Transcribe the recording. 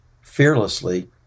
fearlessly